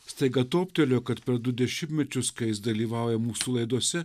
staiga toptelėjo kad per du dešimtmečius kai jis dalyvauja mūsų laidose